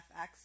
FX